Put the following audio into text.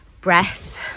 breath